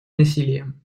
насилием